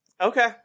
Okay